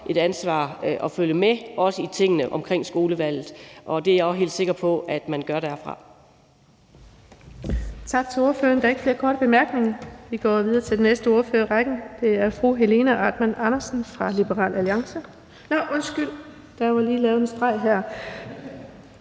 et ansvar for at følge med i tingene omkring skolevalget, og det er jeg også helt sikker på at man gør derfra.